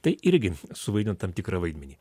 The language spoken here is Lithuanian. tai irgi suvaidino tam tikrą vaidmenį